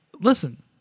Listen